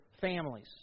families